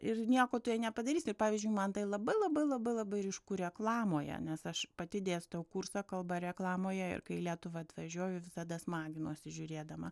ir nieko tu jai nepadarysi ir pavyzdžiui man tai labai labai labai labai ryšku reklamoje nes aš pati dėstau kursą kalba reklamoje ir kai į lietuvą atvažiuoju visada smaginuosi žiūrėdama